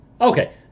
Okay